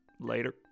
later